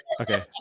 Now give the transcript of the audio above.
Okay